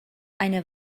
eine